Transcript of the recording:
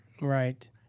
Right